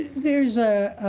there's a,